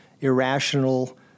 irrational